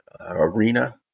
arena